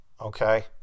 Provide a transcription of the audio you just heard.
okay